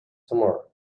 tomorrow